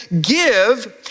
give